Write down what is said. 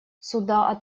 суда